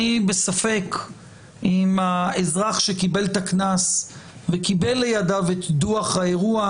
אני ספק אם האזרח שקיבל את הקנס וקיבל לידיו את דוח האירוע,